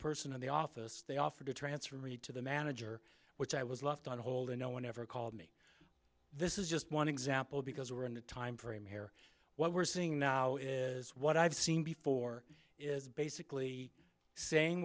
person in the office they offered to transfer me to the manager which i was left on hold and no one ever called me this is just one example because we were in the timeframe here what we're seeing now is what i've seen before is basically saying